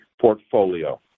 portfolio